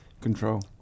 control